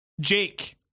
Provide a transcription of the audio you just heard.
jake